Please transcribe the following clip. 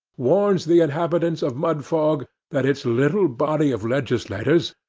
warns the inhabitants of mudfog that its little body of legislators,